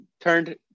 turned